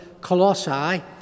Colossae